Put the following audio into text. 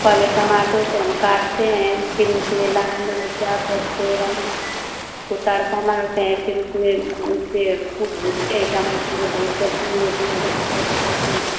पहले टमाटर को हम काटते हैं फिर उसमें लाल मिर्चा पचफोरन का तड़का मारते हैं फिर उसमें उसे ख़ूब भूँजते हैं टमाटर को भूँजकर फिर ओमे गुड़ डालकर पकाते हैं